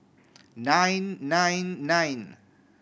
nine nine nine